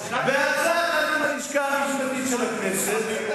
בעצה אחת עם הלשכה המשפטית של הכנסת,